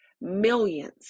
millions